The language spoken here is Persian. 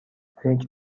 فکر